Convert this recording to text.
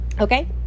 Okay